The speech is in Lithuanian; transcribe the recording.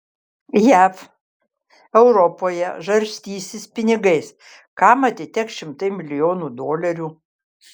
jav europoje žarstysis pinigais kam atiteks šimtai milijonų dolerių